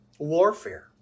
Warfare